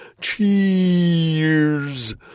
Cheers